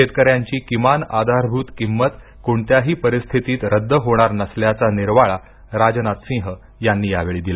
शेतकऱ्यांची किमान आधारभूत किंमत कोणत्याही परिस्थितीत रद्द होणार नसल्याचा निर्वाळा राजनाथ सिंह यांनी यावेळी दिला